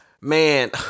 Man